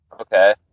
Okay